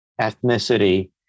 ethnicity